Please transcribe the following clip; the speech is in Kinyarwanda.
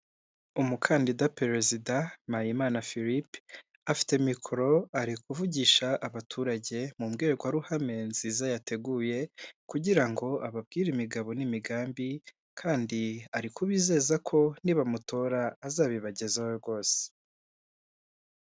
Umukandida perezida MPAYIMANA philippe, afite mikoro ari kuvugisha abaturage mu mbwirwaruhame nziza yateguye kugira ngo ababwire imigabo n'imigambi kandi ari kubizeza ko nibamutora azabibagezaho rwose.